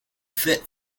fit